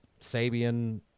Sabian